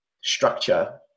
structure